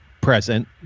present